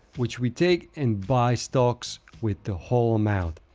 which we take and buy stocks with the whole amount.